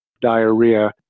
diarrhea